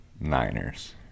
Niners